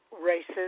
races